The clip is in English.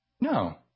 No